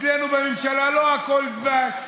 אצלנו בממשלה לא הכול דבש,